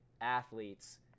athletes